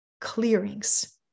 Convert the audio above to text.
clearings